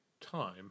time